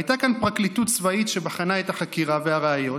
הייתה כאן פרקליטות צבאית שבחנה את החקירה והראיות,